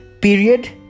period